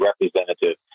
representative